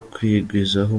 kwigwizaho